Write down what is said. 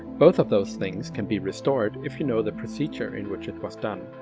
both of those things can be restored if you know the procedure in which it was done.